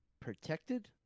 protected